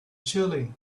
chilling